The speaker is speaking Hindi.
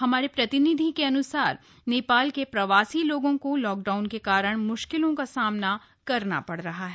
हमारे प्रतिनिधि के अन्सार नेपाल के प्रवासी लोगों को लॉकडाउन के कारण मुश्किलों का सामना करना पड़ रहा है